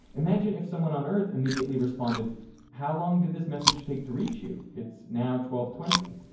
imagine if someone on earth immediately responded how long did this message take to reach you? it's now twelve twenty.